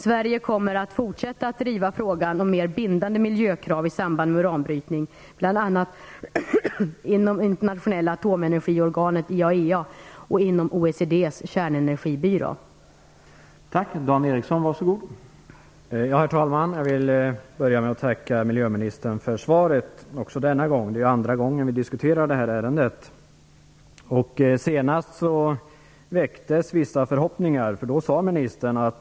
Sverige kommer att fortsätta att driva frågan om mer bindande miljökrav i samband med uranbrytning bl.a. inom Internationella atomenergiorganet, IAEA, och inom OECD:s kärnenergibyrå, NEA.